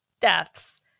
deaths